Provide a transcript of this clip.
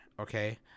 okay